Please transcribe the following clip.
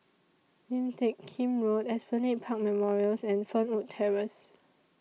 Lim Teck Kim Road Esplanade Park Memorials and Fernwood Terrace